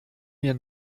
mir